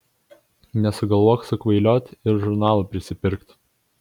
nesugalvok sukvailiot ir žurnalų prisipirkt